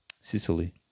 Sicily